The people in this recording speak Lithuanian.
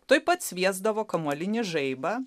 taip pat sviesdavo kamuolinį žaibą